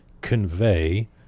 convey